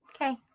okay